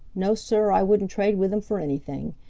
no, sir, i wouldn't trade with him for anything.